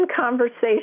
conversation